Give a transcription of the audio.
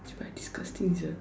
cheebye disgusting sia